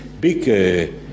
big